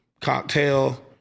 cocktail